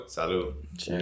Salud